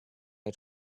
had